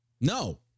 No